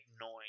noise